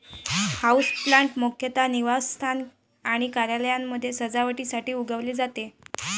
houseplant मुख्यतः निवासस्थान आणि कार्यालयांमध्ये सजावटीसाठी उगवले जाते